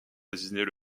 désigner